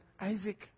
Isaac